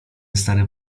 stary